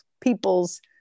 people's